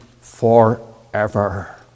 forever